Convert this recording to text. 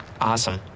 Awesome